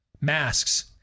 Masks